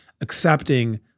accepting